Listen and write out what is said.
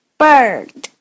bird